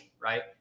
right